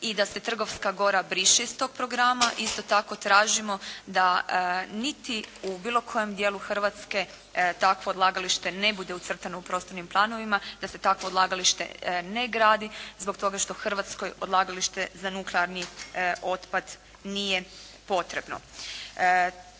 i da se Trgovska gora briše iz tog programa. Isto tako tražimo da niti u bilo kojem dijelu Hrvatske takvo odlagalište ne bude ucrtano u prostornim planovima. Da se takvo odlagalište ne gradi zbog toga što Hrvatskoj odlagalište za nuklearni otpad nije potrebno.